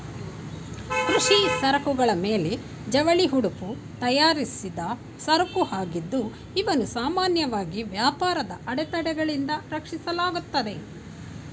ಕೃಷಿ ಸರಕುಗಳ ಮೇಲೆ ಜವಳಿ ಉಡುಪು ತಯಾರಿಸಿದ್ದ ಸರಕುಆಗಿದ್ದು ಇವನ್ನು ಸಾಮಾನ್ಯವಾಗಿ ವ್ಯಾಪಾರದ ಅಡೆತಡೆಗಳಿಂದ ರಕ್ಷಿಸಲಾಗುತ್ತೆ